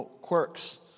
quirks